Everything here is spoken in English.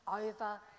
over